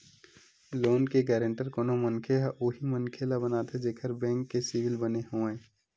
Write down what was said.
loan के guarantor कोनो मनखे ह उही मनखे ल बनाथे जेखर बेंक के सिविल बने होवय